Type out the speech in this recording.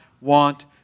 want